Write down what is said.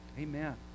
Amen